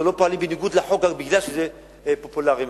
או לא פועלים בניגוד לחוק רק כי זה פופולרי מאוד.